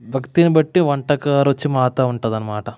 వ్యక్తిని బట్టి వంటకం రుచి మారుతూ ఉంటుంది అన్నమాట